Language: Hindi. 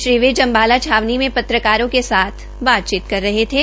श्री विज ने अम्बाला छावनी में पत्रकारों के साथ बातचीत कर रहे थे